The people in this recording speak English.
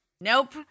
Nope